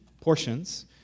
portions